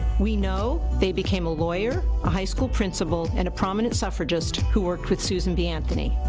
we know they became a lawyer, a high school principal, and a prominent suffragist who worked with susan b. anthony.